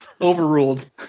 overruled